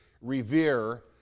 revere